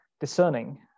discerning